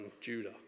Judah